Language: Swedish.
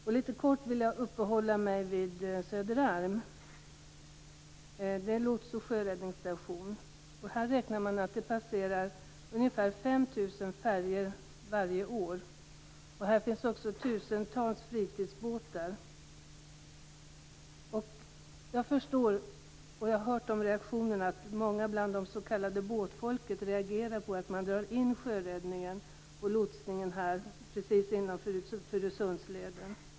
Jag vill litet kort uppehålla mig vid Söderarms lots och sjöräddningsstation. Man räknar med att det där passerar ungefär 5 000 färjor varje år. Där finns också tusentals fritidsbåtar. Jag förstår reaktionerna från många som tillhör det s.k. båtfolket och som är emot att man drar in sjöräddningen och lotsningen just före Furusundsleden.